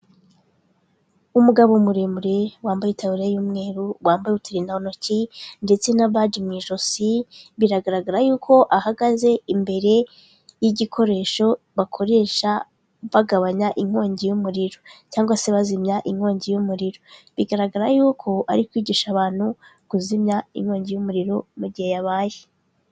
Umugabo muremure wambaye itaburiya y'umweru, wambaye uturindantoki ndetse na baji mu ijosi, biragaragara yuko ahagaze imbere y'igikoresho bakoresha bagabanya inkongi y'umuriro cyangwa se bazimya inkongi y'umuriro, bigaragara yuko ari kwigisha abantu kuzimya inkongi y'umuriro mu gihe yabaye.